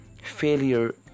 failure